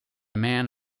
man